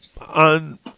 on